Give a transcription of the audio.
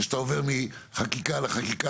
זה שאתה עובר מחקיקה לחקיקה,